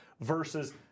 versus